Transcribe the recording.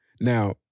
Now